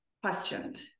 questioned